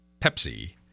Pepsi